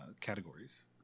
categories